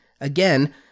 Again